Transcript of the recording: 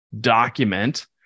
document